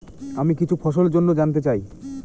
আমি কিছু ফসল জন্য জানতে চাই